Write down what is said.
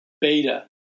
beta